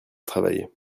travailler